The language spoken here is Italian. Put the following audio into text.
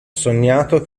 sognato